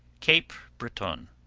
cape breton.